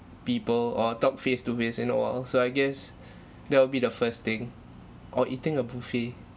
people or talk face to face in a while so I guess that will be the first thing or eating a buffet